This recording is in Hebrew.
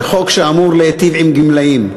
זה חוק שאמור להיטיב עם גמלאים.